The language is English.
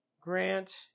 Grant